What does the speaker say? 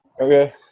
Okay